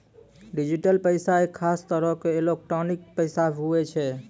digital पैसा एक खास तरह रो एलोकटानिक पैसा हुवै छै